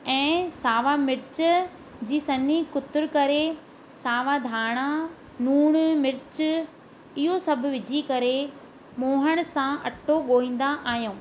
ऐं सावा मिर्च जी सन्नी कुतुर करे सावा धाणा लुणु मिर्च इहो सभु विझी करे मोइण सां अटो गोहींदा आहियूं